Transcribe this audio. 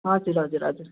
हजुर हजुर हजुर